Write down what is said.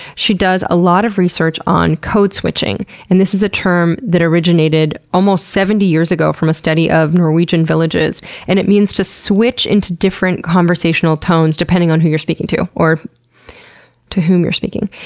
she does a lot of research on code switching. and this is a term that originated almost seventy years ago from a study of norwegian villages and means to switch into different conversational tones depending on who you're speaking to, or to whom you're speaking,